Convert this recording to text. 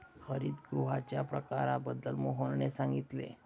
हरितगृहांच्या प्रकारांबद्दल मोहनने सांगितले